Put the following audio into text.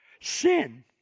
sin